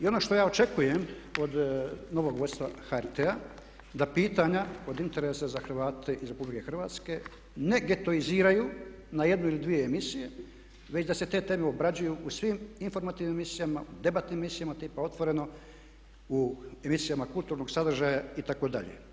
I ono što ja očekujem od novog vodstva HRT-a da pitanja od interesa za Hrvate iz RH ne getoiziraju na jednu il dvije emisije već da se te teme obrađuju u svim informativnim emisijama, debatnim emisijama tipa Otvoreno, u emisijama kulturnog sadržaja itd.